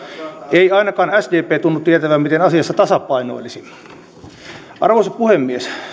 ei ainakaan sdp tunnu tietävän miten asiassa tasapainoilisi arvoisa puhemies